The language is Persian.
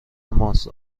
ماست